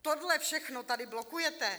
Tohle všechno tady blokujete.